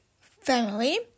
family